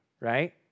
right